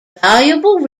valuable